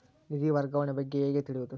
ನಿಧಿ ವರ್ಗಾವಣೆ ಬಗ್ಗೆ ಹೇಗೆ ತಿಳಿಯುವುದು?